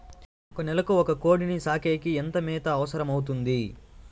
ఒక నెలకు ఒక కోడిని సాకేకి ఎంత మేత అవసరమవుతుంది?